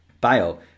Bio